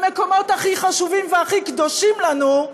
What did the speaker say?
במקומות הכי חשובים והכי קדושים לנו,